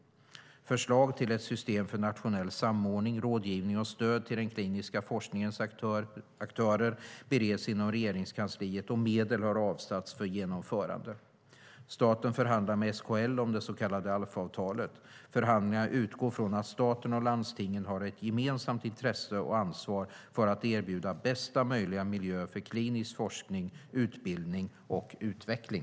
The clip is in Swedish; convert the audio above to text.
Förslag till ett system för nationell samordning, rådgivning och stöd till den kliniska forskningens aktörer bereds inom Regeringskansliet, och medel har avsatts för genomförandet. Staten förhandlar med SKL om det så kallade ALF-avtalet. Förhandlingarna utgår från att staten och landstingen har ett gemensamt intresse av och ansvar för att erbjuda bästa möjliga miljö för klinisk forskning, utbildning och utveckling.